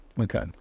Okay